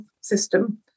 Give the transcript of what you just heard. system